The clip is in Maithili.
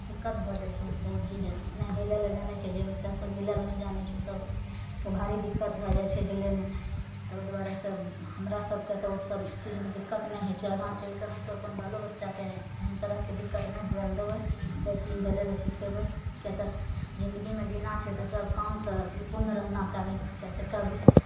दिक्कत भऽ जाइ छै बहुत जे नहि हेलय लए जानै छै जे बच्चासभ हेलय लए नहि जानै छै ओसभकेँ भारी दिक्कत भए जाइ छै हेलयमे तऽ ओहि दुआरे से हमरा सभकेँ तऽ ओसभ चीज दिक्कत नहि होइ छै आगाँ चलि कऽ हमसभ अपन बालो बच्चाके एहन तरहके दिक्कत नहि हुअय लए देबै सभकेँ हेलय लए सिखयबै किएक तऽ जिन्दगीमे जीना छै तऽ सभ कामसँ निपुण रहना चाही किएक तऽ कब